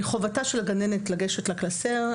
מחובתה של הגננת לגשת לקלסר,